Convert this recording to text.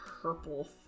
purple